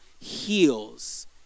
heals